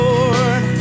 Lord